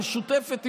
המשותפת,